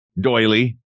doily